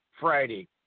Friday